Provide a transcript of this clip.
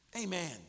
Amen